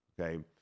Okay